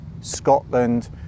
scotland